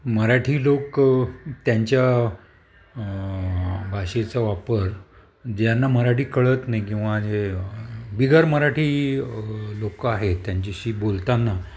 मराठी लोक त्यांच्या भाषेचा वापर ज्यांना मराठी कळत नाही किंवा जे बिगर मराठी लोक आहेत त्यांचीशी बोलताना